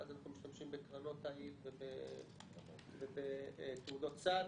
ואז אנחנו משתמשים בקרנות --- ובתעודות סל.